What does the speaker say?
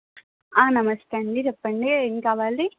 నమస్తే అండి చెప్పండి ఎం కావాలి